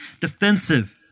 defensive